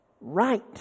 right